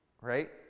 right